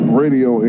radio